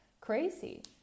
crazy